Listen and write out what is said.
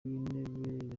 w’intebe